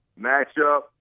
matchup